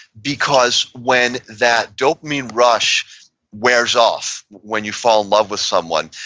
because when that dopamine rush wears off when you fall in love with someone,